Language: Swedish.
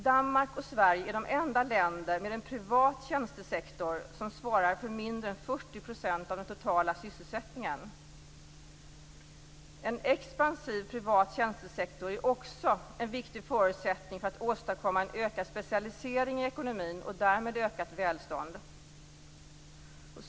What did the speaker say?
Danmark och Sverige är de enda länder med en privat tjänstesektor som svarar för mindre än 40 % av den totala sysselsättningen. En expansiv privat tjänstesektor är också en viktig förutsättning för att åstadkomma en ökad specialisering i ekonomin och därmed ökat välstånd.